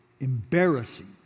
embarrassing